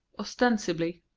ostensibly.